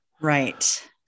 right